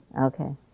Okay